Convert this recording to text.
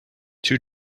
two